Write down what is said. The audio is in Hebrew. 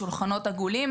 שולחנות עגולים,